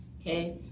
okay